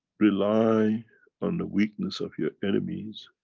rely on the weakness of your enemies,